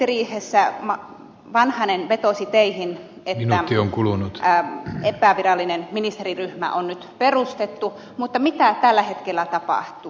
budjettiriihessä vanhanen vetosi teihin että epävirallinen ministeriryhmä on nyt perustettu mutta mitä tällä hetkellä tapahtuu